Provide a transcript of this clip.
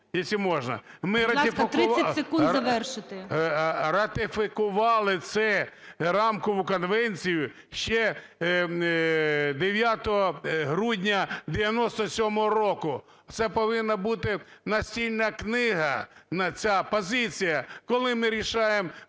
Ми ратифікували це, Рамкову конвенцію, ще 9 грудня 1997 року, це повинна бути настільна книга, ця позиція, коли ми вирішуємо